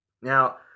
Now